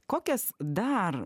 kokias dar